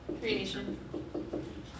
creation